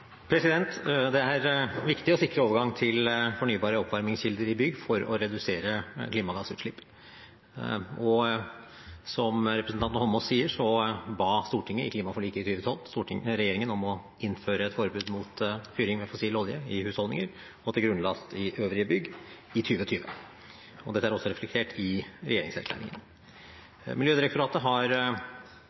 Det er viktig å sikre overgang til fornybare oppvarmingskilder i bygg for å redusere klimagassutslipp. Som representanten Holmås sier, ba Stortinget i klimaforliket i 2012 regjeringen om å innføre et forbud mot fyring med fossil olje i husholdninger og til grunnlast i øvrige bygg i 2020. Dette er også reflektert i regjeringserklæringen. Miljødirektoratet har